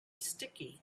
sticky